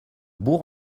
bourg